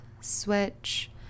switch